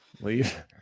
leave